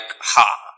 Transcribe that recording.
ha